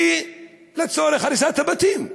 ולצורך הריסת הבתים,